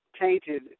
tainted